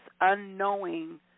unknowing